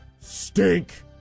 stink